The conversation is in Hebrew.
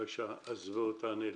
בבקשה תענה לי.